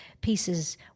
pieces